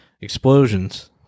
explosions